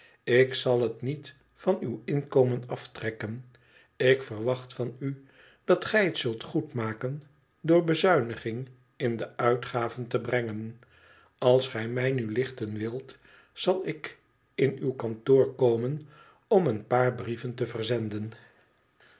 ik zal het niet van uw inkomen aftrekken ik verwacht van u dat gij het zult goedmaken oor bezuiniging in de uitgaven te brengen als gij mij nu lichten wilt zal ik in uw kantoor komen om een paar brieven te verzenden